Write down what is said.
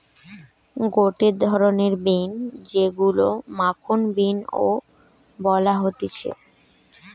গটে ধরণের বিন যেইগুলো মাখন বিন ও বলা হতিছে